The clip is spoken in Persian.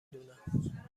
دونم